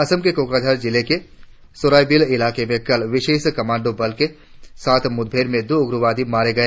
असम में कोकराझार जिले के सोराइबिल इलाके में कल विशेष कमांडो बल के साथ मुठभेड़ में दो उग्रवादी मारे गए